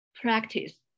practice